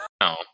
No